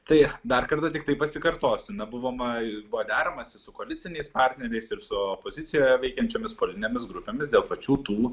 tai dar kartą tiktai pasikartosiu na buvo ma buvo deramasi su koaliciniais partneriais ir su opozicijoje veikiančiomis politinėmis grupėmis dėl pačių tų